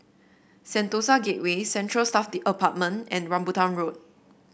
Sentosa Gateway Central Staff Apartment and Rambutan Road